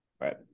Right